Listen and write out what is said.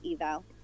eval